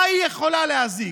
מה היא יכולה להזיק?